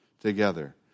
together